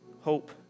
hope